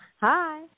Hi